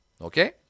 Okay